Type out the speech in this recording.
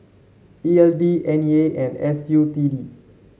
E L D N E A and S U T D